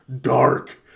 dark